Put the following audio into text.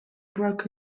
broke